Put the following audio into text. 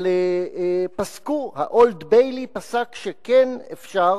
אבל פסקו, ה"אולד ביילי" פסק שכן אפשר,